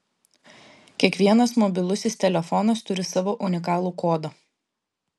kiekvienas mobilusis telefonas turi savo unikalų kodą